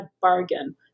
bargain